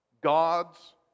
God's